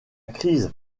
crise